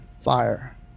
fire